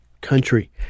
country